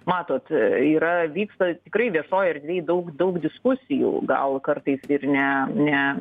matot yra vyksta tikrai viešoj erdvėj daug daug diskusijų gal kartais ir ne ne